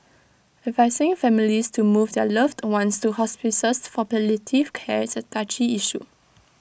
advising families to move their loved ones to hospices for palliative care is A touchy issue